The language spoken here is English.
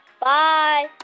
Bye